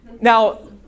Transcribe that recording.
Now